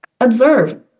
Observe